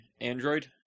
Android